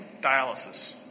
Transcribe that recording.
dialysis